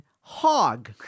hog